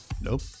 Nope